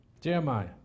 Jeremiah